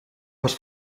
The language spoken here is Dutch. was